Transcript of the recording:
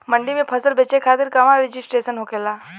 मंडी में फसल बेचे खातिर कहवा रजिस्ट्रेशन होखेला?